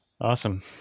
Awesome